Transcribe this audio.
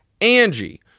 Angie